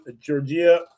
Georgia